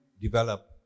develop